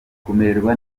kumererwa